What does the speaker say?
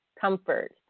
comfort